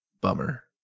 Bummer